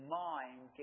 mind